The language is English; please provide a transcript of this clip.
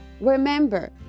Remember